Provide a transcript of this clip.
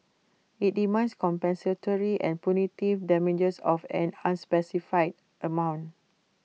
IT demands compensatory and punitive damages of an unspecified amount